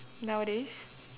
nowadays